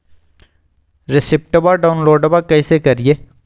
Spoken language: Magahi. रेसिप्टबा डाउनलोडबा कैसे करिए?